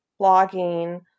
blogging